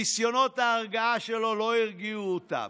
ניסיונות ההרגעה שלו לא הרגיעו אותם.